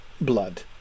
blood